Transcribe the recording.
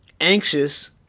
anxious